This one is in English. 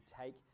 take